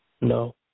No